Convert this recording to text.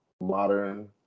modern